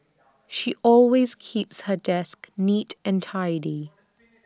she always keeps her desk neat and tidy